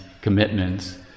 commitments